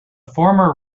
former